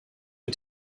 mit